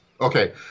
okay